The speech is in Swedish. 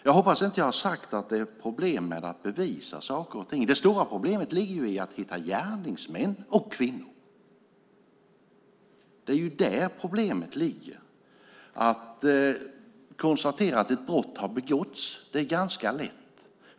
Jag hoppas att jag inte har sagt att det är problem med att bevisa saker och ting. Det stora problemet ligger i att hitta gärningsmän och kvinnor. Det är där problemet ligger. Det är lätt att konstatera att ett brott har begåtts.